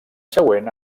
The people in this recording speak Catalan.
següent